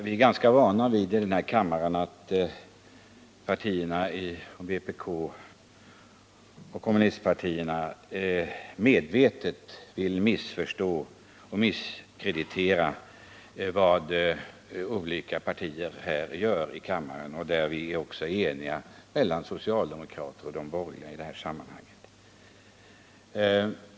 Herr talman! Vi är i denna kammare ganska vana vid att kommunistpartierna medvetet vill missförstå och misskreditera vad andra partier gör i kammaren. I den uppfattningen är socialdemokrater och borgerliga ense.